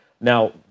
Now